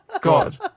God